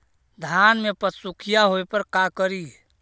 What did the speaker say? धान मे पत्सुखीया होबे पर का करि?